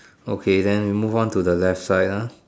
okay then we move on to the left side ah